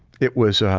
it was ah,